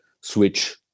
switch